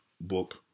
book